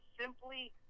simply